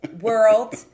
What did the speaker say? world